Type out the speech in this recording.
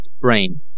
brain